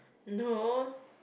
no